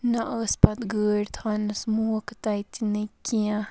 نہ ٲس پتہٕ گٲڑۍ تھاوٕنَس موکہٕ نہ کینٛہہ